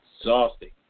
exhausting